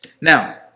Now